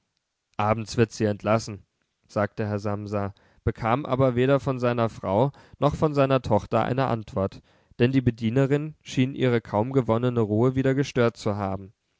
abends wird sie entlassen sagte herr samsa bekam aber weder von seiner frau noch von seiner tochter eine antwort denn die bedienerin schien ihre kaum gewonnene ruhe wieder gestört zu haben